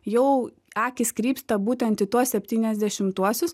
jau akys krypsta būtent į tuos septyniasdešimtuosius